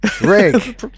Rick